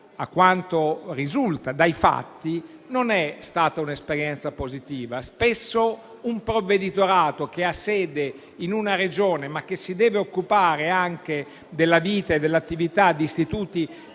a quanto risulta dai fatti, non è stata positiva: spesso, un provveditorato che ha sede in una Regione, ma che si deve occupare anche della vita e dell'attività di istituti